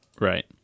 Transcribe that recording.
Right